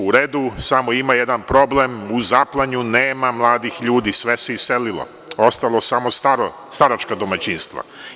U redu, samo ima jedan problem u Zaplanju nema mladih ljudi sve se iselilo, ostala samo staračka domaćinstva.